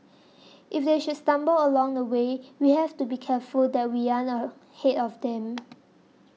if they should stumble along the way we have to be careful that we aren't ahead of them